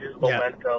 momentum